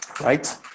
right